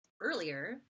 earlier